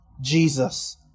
Jesus